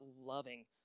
loving